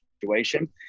situation